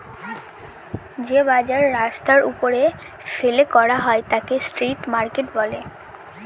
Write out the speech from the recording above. যে বাজার রাস্তার ওপরে ফেলে করা হয় তাকে স্ট্রিট মার্কেট বলে